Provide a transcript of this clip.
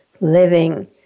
Living